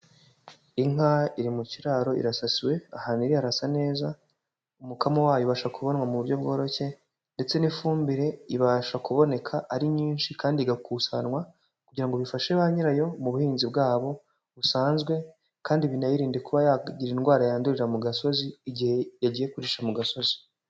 Inka iri mu kiraro irasasiwe, ahantu iri harasa neza umukamo wayo ubasha kubonwa mu buryo bworoshye ndetse n'ifumbire ibasha kuboneka ari nyinshi kandi igakusanywa kugira ngo bifashe ba nyirayo mu buhinzi bwabo busanzwe kandi binayirinde kuba yagira indwara yandurira mu gasozi igihe yagiye kurisha mu gasozi.